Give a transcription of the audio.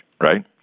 right